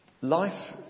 life